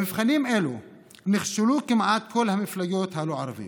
במבחנים אלו נכשלו כמעט כל המפלגות הלא-ערביות,